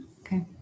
Okay